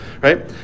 right